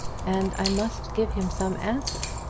and i must give him some answer.